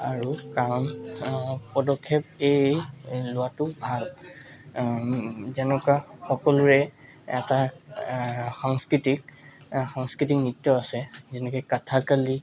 আৰু কাৰণ পদক্ষেপ এই লোৱাটো ভাল যেনেকুৱা সকলোৰে এটা সংস্কৃতিক সংস্কৃতিক নৃত্য আছে যেনেকৈ কথকলি